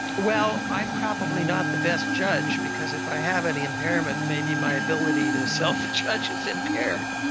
well, i'm probably not the best judge because if i have any impairment, maybe my ability to self-judge is impaired.